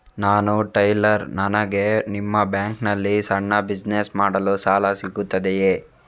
ನಾನು ಟೈಲರ್, ನನಗೆ ನಿಮ್ಮ ಬ್ಯಾಂಕ್ ನಲ್ಲಿ ಸಣ್ಣ ಬಿಸಿನೆಸ್ ಮಾಡಲು ಸಾಲ ಸಿಗುತ್ತದೆಯೇ?